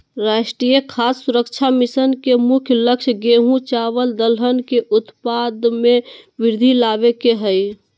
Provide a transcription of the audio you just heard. राष्ट्रीय खाद्य सुरक्षा मिशन के मुख्य लक्ष्य गेंहू, चावल दलहन के उत्पाद में वृद्धि लाबे के हइ